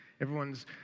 everyone's